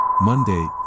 Monday